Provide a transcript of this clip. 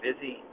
busy